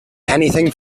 anything